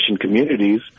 communities